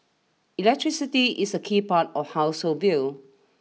electricity is a key part of household bill